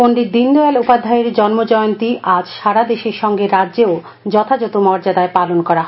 পণ্ডিত দীনদয়াল উপাধ্যায়ের জন্ম জয়গ্তী আজ সারা দেশের সঙ্গে রাজ্যেও যথাযথ মর্যাদায় পালন করা হয়